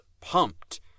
pumped